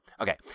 Okay